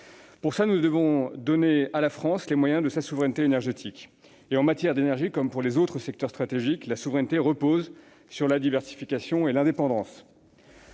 faire, nous devons donner à la France les moyens de sa souveraineté énergétique. En matière d'énergie comme pour les autres secteurs stratégiques, la souveraineté repose sur la diversification et l'indépendance.